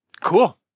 Cool